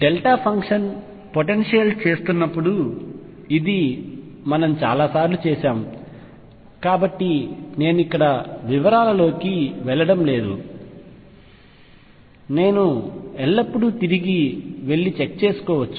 delta function potential చేస్తున్నప్పుడు ఇది మనము చాలాసార్లు చేశాము కాబట్టి నేను ఇక్కడ వివరాలలోకి వెళ్ళడం లేదు నేను ఎల్లప్పుడూ తిరిగి వెళ్లి చెక్ చేయవచ్చు